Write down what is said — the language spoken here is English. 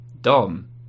Dom